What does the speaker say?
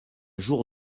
jour